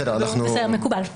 מקובל.